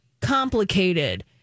complicated